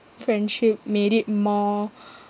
friendship made it more